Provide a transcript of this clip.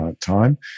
time